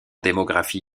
démographie